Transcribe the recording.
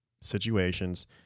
situations